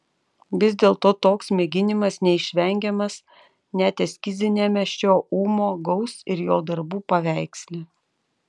vis dėlto toks mėginimas neišvengiamas net eskiziniame šio ūmo gaus ir jo darbų paveiksle